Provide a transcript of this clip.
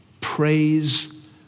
praise